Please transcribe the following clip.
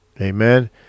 Amen